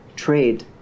trade